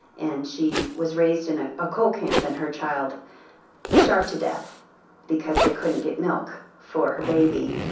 and she was raised in a ah coal camp. and her child starved to death because they couldn't get milk for her baby,